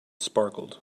sparkled